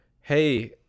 hey